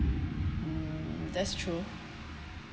mm that's true